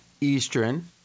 Eastern